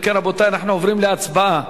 אם כן, רבותי, אנחנו עוברים להצבעה